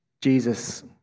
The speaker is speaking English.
Jesus